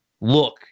look